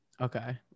Okay